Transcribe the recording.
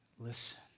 listen